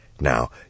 Now